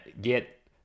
get